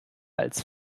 als